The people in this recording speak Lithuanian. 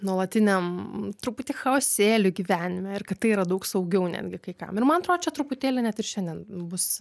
nuolatiniam truputį chaosėliui gyvenime ir kad tai yra daug saugiau netgi kai kam ir man atrodo čia truputėlį net ir šiandien bus